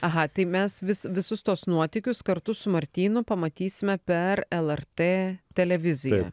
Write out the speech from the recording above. aha tai mes vis visus tuos nuotykius kartu su martynu pamatysime per lrt televiziją